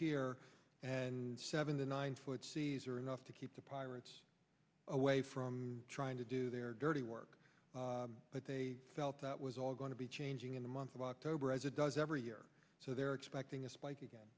here and seven to nine foot seas are enough to keep the pirates away from trying to do their dirty work but they felt that was all going to be changing in the month of october as it does every year so they're expecting a spike